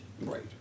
Right